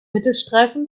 mittelstreifen